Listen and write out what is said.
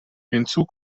hinzu